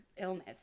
illness